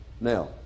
Now